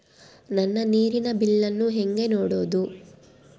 ನನ್ನ ನೇರಿನ ಬಿಲ್ಲನ್ನು ಹೆಂಗ ನೋಡದು?